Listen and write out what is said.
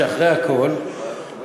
שאחרי הכול,